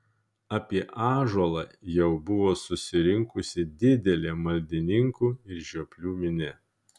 apie ąžuolą jau buvo susirinkusi didelė maldininkų ir žioplių minia